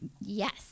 Yes